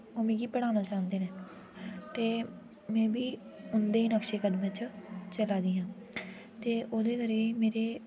ओह् मिगी पढ़ाना चांह्दे ने ते मैं बी उं'दे नक्शे कदम च चला दी आं ते ओह्दे करी मेरे